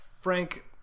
Frank